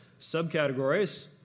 subcategories